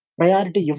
priority